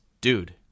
dude